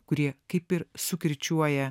kurie kaip ir sukirčiuoja